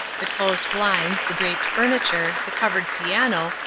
the closed blinds, the draped furniture, the covered piano,